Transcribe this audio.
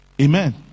Amen